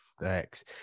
Thanks